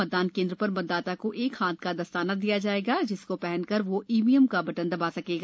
मतदान केन्द्र र मतदाता को एक हाथ का दस्ताना दिया जाएगा जिसको शहन कर वह ईवीएम का बटन दबा सकेगा